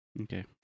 Okay